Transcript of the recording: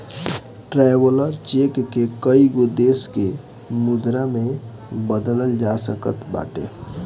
traveller cheque के कईगो देस के मुद्रा में बदलल जा सकत बाटे